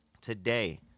Today